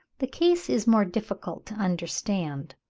the case is more difficult to understand.